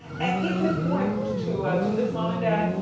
and even if you wanted to do this mom and dad,